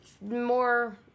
more